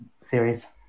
series